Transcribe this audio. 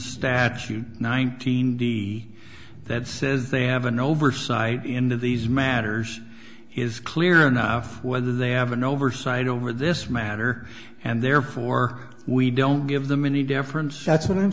statute nineteen d that says they have an oversight in these matters is clear enough whether they have an oversight over this matter and therefore we don't give them any difference that's what i'm